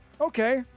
Okay